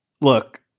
Look